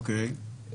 אוקיי.